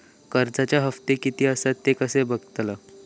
कर्जच्या हप्ते किती आसत ते कसे बगतलव?